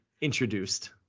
introduced